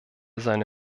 seine